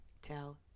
tell